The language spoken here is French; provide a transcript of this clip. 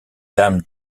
dames